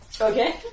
Okay